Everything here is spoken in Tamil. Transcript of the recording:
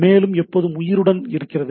மேலும் எப்போதும் உயிர்ப்புடன் இருக்கிறது